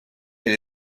elle